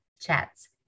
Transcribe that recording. chats